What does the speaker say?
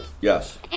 Yes